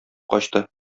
качты